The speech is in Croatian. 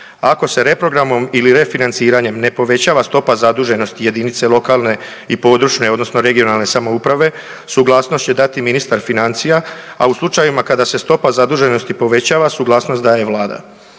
Ako se reprogramom ili refinanciranje ne povećava stopa zaduženosti jedinica lokalne i područne odnosno regionalne samouprave, suglasnost će dati ministar financija a u slučajevima kada se stopa zaduženosti povećava, suglasnost daje Vlada.